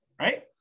right